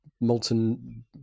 molten